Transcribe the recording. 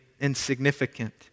insignificant